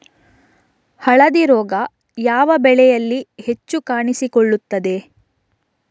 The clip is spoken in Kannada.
ಹಳದಿ ರೋಗ ಯಾವ ಬೆಳೆಯಲ್ಲಿ ಹೆಚ್ಚು ಕಾಣಿಸಿಕೊಳ್ಳುತ್ತದೆ?